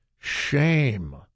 Shame